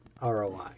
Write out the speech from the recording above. ROI